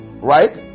Right